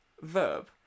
verb